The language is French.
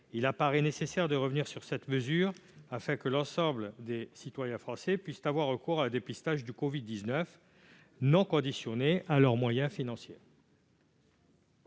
il paraît nécessaire de revenir sur cette mesure, afin que l'ensemble des Français puissent avoir recours à un dépistage non conditionné à leurs moyens financiers.